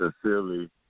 sincerely